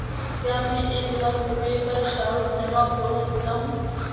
क्या मैं एक लाख का सावधि जमा खोल सकता हूँ?